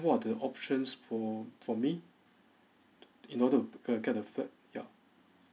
what are the options for for me in order to uh get get a flat yeah